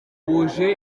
wuje